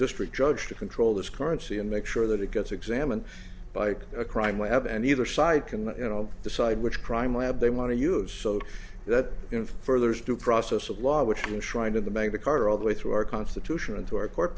district judge to control this currency and make sure that it gets examined by a crime lab and either side can you know decide which crime lab they want to use so that in furthers due process of law which in trying to the make the car all the way through our constitution and to our court